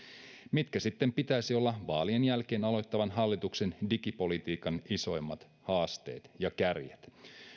mitkä sitten pitäisi olla vaalien jälkeen aloittavan hallituksen digipolitikan isoimmat haasteet ja kärjet